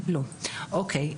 לא, אוקי.